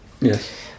Yes